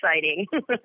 exciting